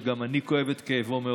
שגם אני כואב אותו מאוד.